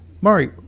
Murray